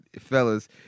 fellas